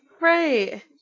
Right